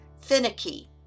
finicky